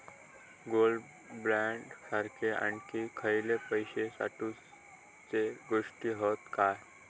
Gold bond सारखे आणखी खयले पैशे साठवूचे गोष्टी हत काय?